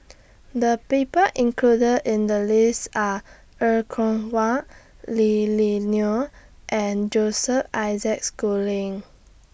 The People included in The list Are Er Kwong Wah Lily Neo and Joseph Isaac Schooling